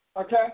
Okay